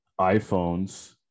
iPhones